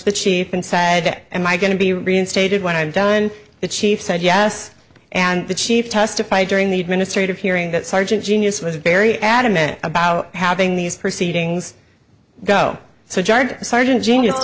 the chief and sadek am i going to be reinstated when i'm done the chief said yes and the chief testified during the administrative hearing that sergeant genius was very adamant about having these proceedings go so judge sergeant genius